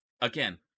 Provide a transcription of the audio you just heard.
Again